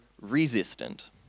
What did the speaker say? resistant